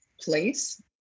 place